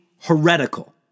heretical